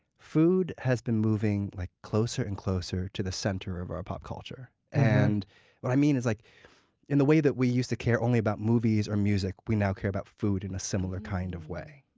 food has been moving like closer and closer to the center of our pop culture. and what i mean is like in the way that we used to care only about movies or music, we now care about food in a similar kind of way.